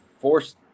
forced